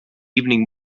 evening